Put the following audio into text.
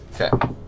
Okay